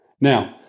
Now